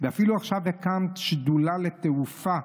ואפילו עכשיו הקמת שדולה לתעופה.